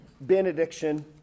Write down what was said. benediction